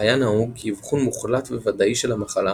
היה נהוג כי אבחון מוחלט וודאי של המחלה